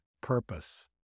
purpose